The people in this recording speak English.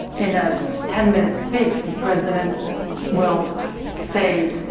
in a ten-minute speech the president will say